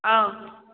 ꯑꯪ